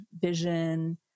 vision